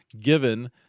given